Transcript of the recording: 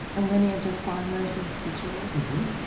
a lineage of farmers and teachers.